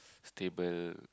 stable